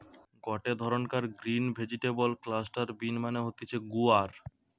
গটে ধরণকার green vegetable cluster bean মানে হতিছে গুয়ার